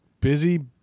busy